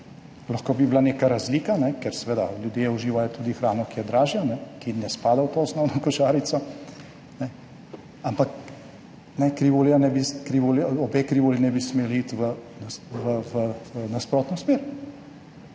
Lahko bi bila neka razlika, ker seveda ljudje uživajo tudi hrano, ki je dražja, ki ne spada v to osnovno košarico, ampak obe krivulji ne bi smeli iti v nasprotno smer,